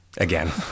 Again